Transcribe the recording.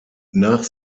nach